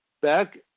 back